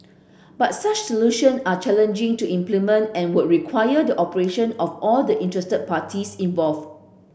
but such solution are challenging to implement and would require the cooperation of all the interested parties involved